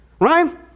Right